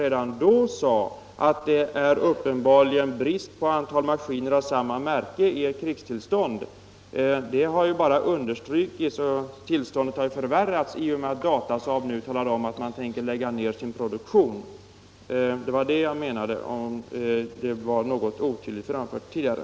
Men redan då sade han att det uppenbarligen vid ett krigstillstånd kommer att råda brist på maskiner av samma märke som försvaret har, och det har ju understrukits att tillståndet bara har förvärrats i och med att Datasaab meddelat att man tänker lägga ned sin produktion. Det var det jag menade, men det var kanske litet otydligt framfört av mig tidigare.